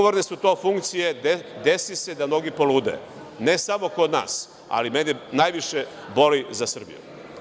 To su odgovorne funkcije, desi se da mnogi polude, ne samo kod nas, ali mene najviše boli za Srbiju.